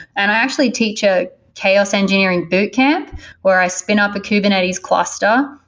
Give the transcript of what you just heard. and i actually teach a chaos engineering boot camp where i spin up a kubernetes cluster,